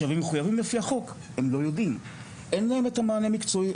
הם מחויבים לפי החוק אבל אין להם את המענה המקצועי,